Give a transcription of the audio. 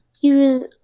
use